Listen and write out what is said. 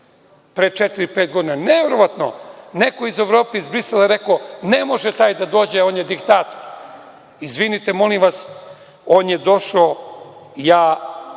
pet godina? Neverovatno, neko iz Evrope, Brisela je rekao – ne može taj da dođe, on je diktator. Izvinite molim vas, on je došao. ja